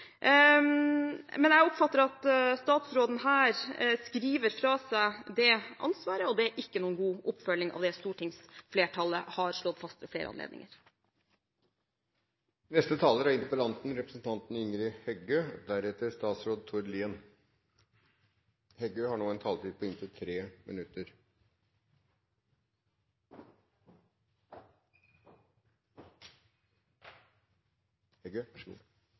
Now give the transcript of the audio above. Jeg oppfatter at statsråden her skriver fra seg det ansvaret, og det er ikke noen god oppfølging av det stortingsflertallet har slått fast ved flere anledninger. Det har vore ein interessant diskusjon og mange gode innlegg. Eg har ikkje fått svar på